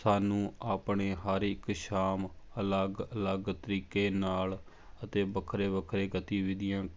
ਸਾਨੂੰ ਆਪਣੇ ਹਰ ਇੱਕ ਸ਼ਾਮ ਅਲੱਗ ਅਲੱਗ ਤਰੀਕੇ ਨਾਲ ਅਤੇ ਵੱਖਰੇ ਵੱਖਰੇ ਗਤੀਵਿਧੀਆਂ